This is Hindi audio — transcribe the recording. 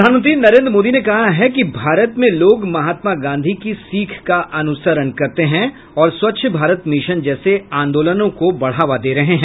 प्रधानमंत्री नरेन्द्र मोदी ने कहा है कि भारत में लोग महात्मा गांधी की सीख का अनुसरण करते हैं और स्वच्छ भारत मिशन जैसे आंदोलनों को बढ़ावा दे रहे हैं